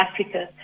Africa